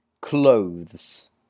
clothes